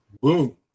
Boom